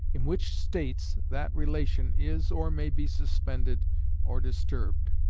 in which states that relation is or may be suspended or disturbed.